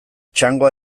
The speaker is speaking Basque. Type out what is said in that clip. txangoa